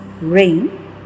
Rain